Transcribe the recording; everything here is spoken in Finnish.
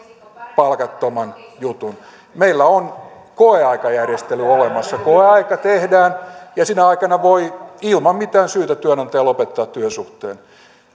palkattoman jutun meillä on koeaikajärjestely olemassa koeaika tehdään ja sinä aikana työnantaja voi ilman mitään syytä lopettaa työsuhteen